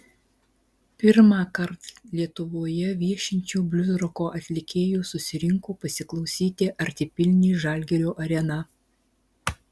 pirmąkart lietuvoje viešinčio bliuzroko atlikėjo susirinko pasiklausyti artipilnė žalgirio arena